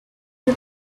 the